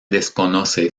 desconoce